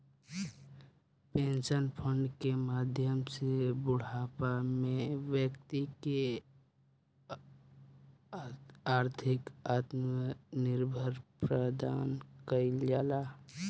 pension fund के माध्यम से बूढ़ापा में बैक्ति के आर्थिक आत्मनिर्भर प्रदान कईल जाला